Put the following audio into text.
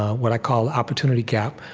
what i call opportunity gap,